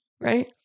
Right